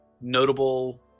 notable